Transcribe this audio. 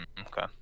Okay